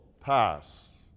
pass